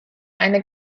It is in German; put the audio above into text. eine